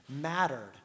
mattered